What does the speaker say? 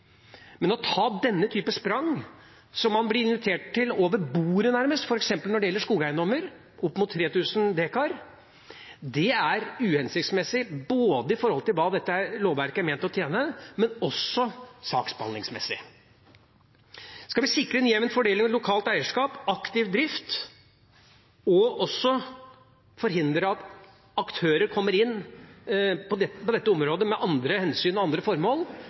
Men å ta denne typen sprang, som man nærmest blir invitert til over bordet, f.eks. når det gjelder skogeiendommer opp mot 3 000 dekar, er uhensiktsmessig, både med tanke på hva dette lovverket er ment å tjene, og saksbehandlingsmessig. Skal vi sikre en jevn fordeling, et lokalt eierskap og aktiv drift og forhindre at aktører kommer inn på dette området med andre hensyn og andre formål,